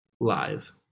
Live